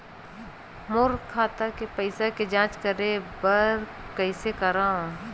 मोर खाता के पईसा के जांच करे बर हे, कइसे करंव?